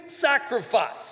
sacrifice